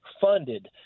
funded